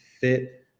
fit